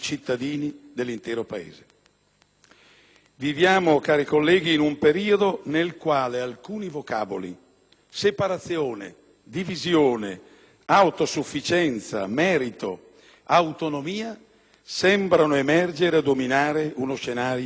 Viviamo, cari colleghi, in un periodo nel quale alcuni vocaboli come «separazione», «divisione», «autosufficienza», «merito», «autonomia» sembrano emergere a dominare uno scenario sempre più illusorio.